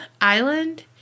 Island